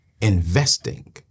investing